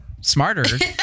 smarter